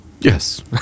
Yes